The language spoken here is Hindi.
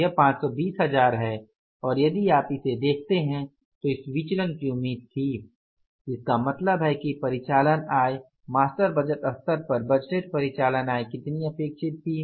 यह 520 हजार है और यदि आप इसे देखते हैं तो इस विचलन की उम्मीद थी इसका मतलब है कि परिचालन आय मास्टर बजट स्तर पर बजटेड परिचालन आय कितनी अपेक्षित थी